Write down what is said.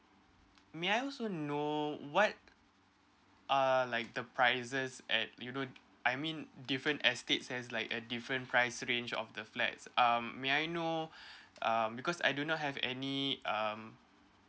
may I also know what are like the prices at you know I mean different estates as like at different price range of the flats um may I know um because I do not have any um